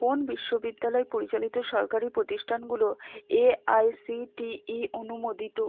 কোন বিশ্ববিদ্যালয় পরিচালিত সরকারি প্রতিষ্ঠানগুলো এআইসিটিই অনুমোদিত